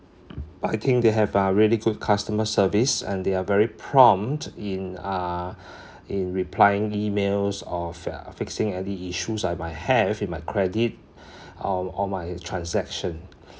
but I think they have uh really good customer service and they are very prompt in uh in replying emails or fi~ uh fixing any issues I might have with my credit or or my transaction